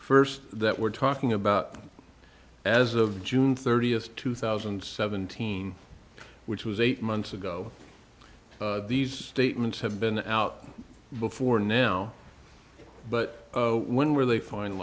first that we're talking about as of june thirtieth two thousand and seventeen which was eight months ago these statements have been out before now but when were they fin